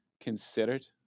considered